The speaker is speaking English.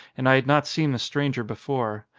and i had not seen the stranger before.